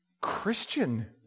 Christian